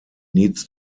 needs